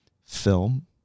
film